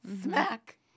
Smack